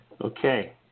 Okay